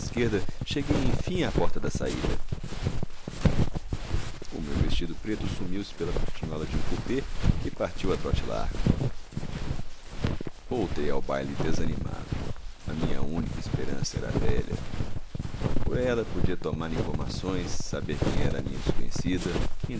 e à esquerda cheguei enfim à porta da saída o meu vestido preto sumiu-se pela portinhola de um cupê que partiu a trote largo voltei ao baile desanimado a minha única esperança era a velha por ela podia tomar informações saber quem era a minha desconhecida